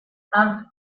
ernst